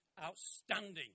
outstanding